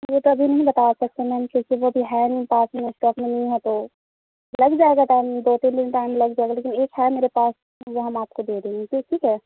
یہ تو ابھی نہیں بتا سکتے میم کیونکہ وہ ابھی ہے نہیں پاس میں اسٹاک نہیں ہے تو لگ جائے گا ٹائم دو تین دن ٹائم لگ جائے گا لیکن ایک ہے میرے پاس وہ ہم آپ کو دے دیں گے ٹھیک ہے